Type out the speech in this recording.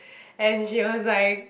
and she was like